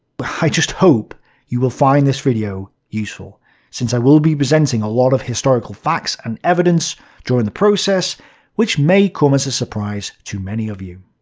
but i just hope you will find this video useful since i will be presenting a lot of historical facts and evidence during the process which may come as a surprise to many of you.